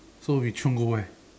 so we chiong go where